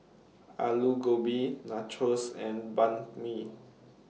Alu Gobi Nachos and Banh MI